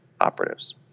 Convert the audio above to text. operatives